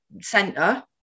center